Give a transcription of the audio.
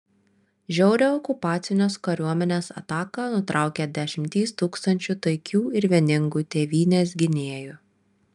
žiaurią okupacinės kariuomenės ataką nutraukė dešimtys tūkstančių taikių ir vieningų tėvynės gynėjų